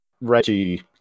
Reggie